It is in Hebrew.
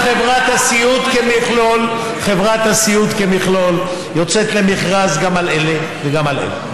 אבל חברת הסיעוד כמכלול יוצאת למכרז גם על אלה וגם על אלה.